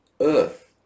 earth